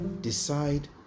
decide